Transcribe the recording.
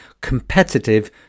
competitive